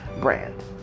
brand